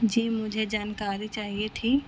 جی مجھے جانکاری چاہیے تھی